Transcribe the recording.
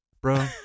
Bro